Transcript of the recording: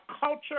culture